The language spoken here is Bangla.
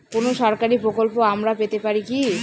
কোন সরকারি প্রকল্প আমরা পেতে পারি কি?